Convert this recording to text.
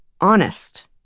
honest